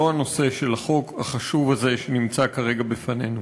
לא הנושא של החוק החשוב הזה שנמצא כרגע בפנינו.